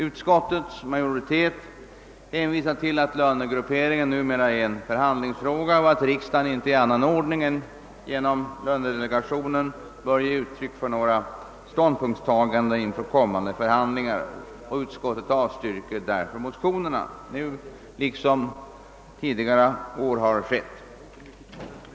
Utskottets majoritet hänvisar till att lönegrupperingen numera är en förhandlingsfråga och att riksdagen inte i annan ordning än genom lönedelegationen bör ge uttryck för ståndpunktstaganden inför kommande förhandlingar, och utskottet avstyrker därför motionerna liksom under tidigare år.